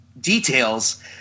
details